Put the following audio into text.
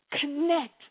Connect